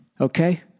Okay